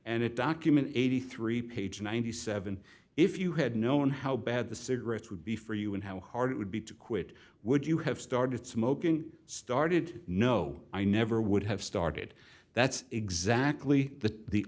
and it documents eighty three dollars page ninety seven dollars if you had known how bad the cigarettes would be for you and how hard it would be to quit would you have started smoking started no i never would have started that's exactly the the